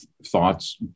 thoughts